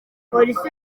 polisi